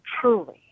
truly